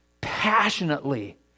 passionately